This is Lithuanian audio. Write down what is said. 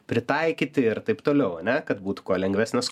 pritaikyti ir taip toliau ane kad būtų kuo lengvesnis